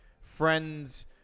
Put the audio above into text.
friends